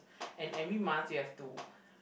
and every month you have to